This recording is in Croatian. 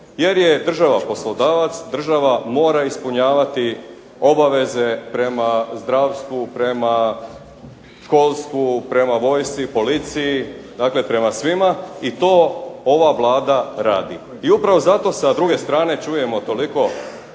jer je država poslodavac, država mora ispunjavati obaveze prema zdravstvu, prema školstvu, prema vojsci i policiji, dakle prema svima i to ova Vlada radi. I upravo zato sa druge strane čujemo toliko